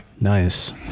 Nice